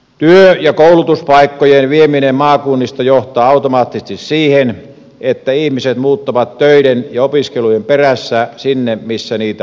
työ ja koulutuspaikkojen vieminen maakunnista johtaa automaattisesti siihen että ihmiset muuttavat töiden ja opiskelujen perässä sinne missä niitä on tarjolla